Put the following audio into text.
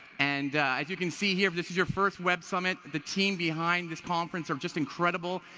and, as you can see here, if this is your first web summit, the team behind this conference are just incredible,